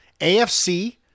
AFC